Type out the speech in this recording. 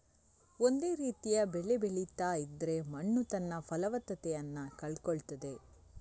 ಒಂದೇ ರೀತಿಯ ಬೆಳೆ ಬೆಳೀತಾ ಇದ್ರೆ ಮಣ್ಣು ತನ್ನ ಫಲವತ್ತತೆಯನ್ನ ಕಳ್ಕೊಳ್ತದೆ